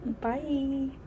Bye